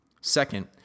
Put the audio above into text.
Second